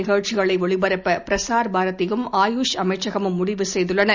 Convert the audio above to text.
நிகழ்ச்சிகளை ஒளிபரப்ப பிரசார் பாரதியும் ஆயுஷ் அமைச்சகமும் முடிவு செய்துள்ளன